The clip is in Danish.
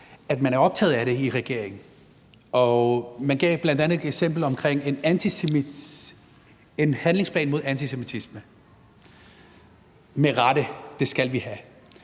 at man er optaget af det i regeringen, og man gav bl.a. – med rette – et eksempel på en handlingsplan mod antisemitisme, og det skal vi have.